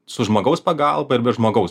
su žmogaus pagalba ir be žmogaus